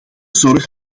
zorg